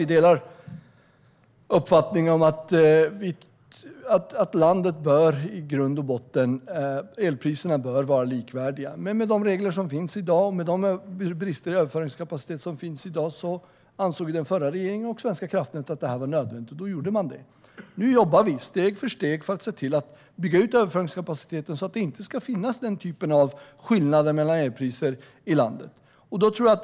Vi delar uppfattningen att i grund och botten bör elpriserna vara likvärdiga i hela landet. Men med de regler och med de brister i överföringskapacitet som finns ansåg den förra regeringen liksom Svenska kraftnät att detta var nödvändigt och gjorde därför på detta sätt. Nu jobbar vi steg för steg för att se till att överföringskapaciteten byggs ut så att skillnader mellan elpriser i olika delar av landet inte ska finnas.